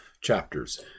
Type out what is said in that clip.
chapters